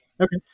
Okay